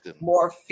more